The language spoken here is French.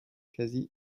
quasi